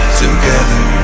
together